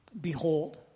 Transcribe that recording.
Behold